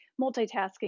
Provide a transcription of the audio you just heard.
multitasking